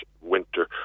winter